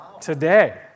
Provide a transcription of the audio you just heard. Today